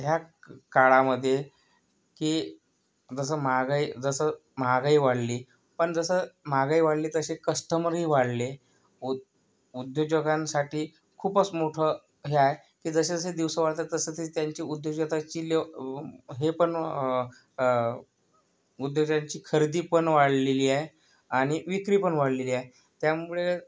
ह्या काळामध्ये की जसं महागाई जसं महागाई वाढली पण जसं महागाई वाढली तसे कस्टमरही वाढले उद उद्योजकांसाठी खूपच मोठं हे आहे की जसेजसे दिवस वाढत आहेत तसेतसे त्यांची उद्योजकांची लेव हे पण उद्योजांची खरेदी पण वाढलेली आहे आणि विक्री पण वाढलेली आहे त्यामुळे